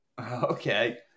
Okay